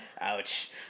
ouch